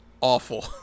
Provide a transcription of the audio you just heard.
awful